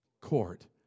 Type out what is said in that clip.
court